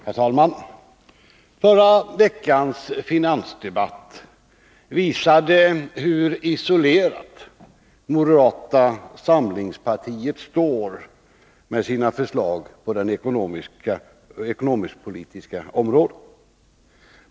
Herr talman! Förra veckans finansdebatt visade hur isolerat moderata samlingspartiet står med sina förslag på det ekonomisk-politiska området.